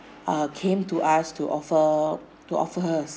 err came to us to offer to offer her a